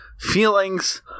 feelings